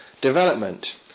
development